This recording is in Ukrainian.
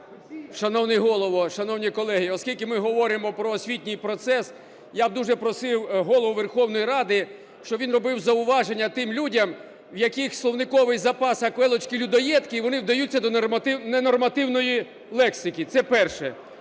Шановний Голово, шановні колеги, оскільки ми говоримо про освітній процес, я б дуже просив Голову Верховної Ради, щоб він робив зауваження тим людям, в яких словниковий запас, як в Эллочки-людоедки, і вони вдаються до ненормативної лексики. Це перше.